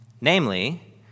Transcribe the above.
namely